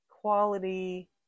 quality